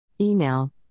Email